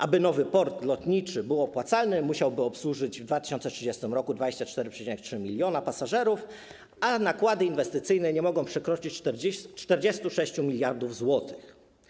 Aby nowy port lotniczy był opłacalny, musiałby obsłużyć w 2030 r. 24,3 mln pasażerów, a nakłady inwestycyjne nie mogą przekroczyć 46 mld zł.